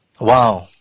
Wow